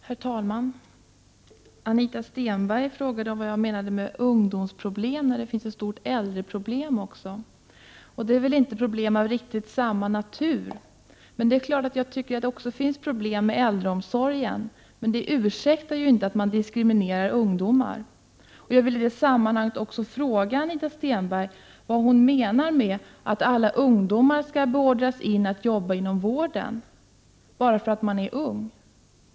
Herr talman! Anita Stenberg frågade vad jag menade med ungdomsproblem -— det finns ett stort äldreproblem också. De problemen är väl inte riktigt av samma natur. Även om också jag tycker att det finns problem med äldreomsorgen ursäktar inte detta att man diskriminerar ungdomar. Jag vill i sammanhanget fråga Anita Stenberg vad hon menar med att alla ungdomar skall beordras att jobba inom vården. Skall man göra det bara för att man är ung?